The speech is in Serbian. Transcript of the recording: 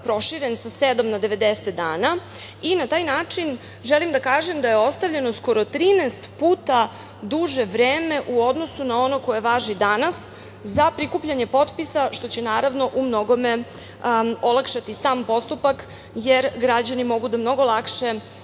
proširen sa sedam na 90 dana i na taj način želim da kažem da je ostavljeno skoro 13 puta duže vreme u odnosu na ono koje važi danas za prikupljanje potpisa, što će naravno u mnogome olakšati sam postupak jer građani mogu da mnogo lakše